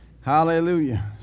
Hallelujah